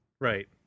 right